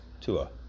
tua